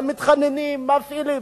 אתם מתחננים, מפעילים.